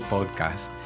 Podcast